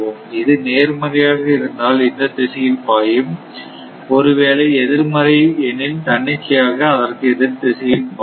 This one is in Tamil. இது நேர்மறையாக இருந்தால் இந்த திசையில் பாயும் ஒருவேளை எதிர்மறை எனில் தன்னிச்சையாக அதற்கு எதிர் திசையில் பாயும்